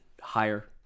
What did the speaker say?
higher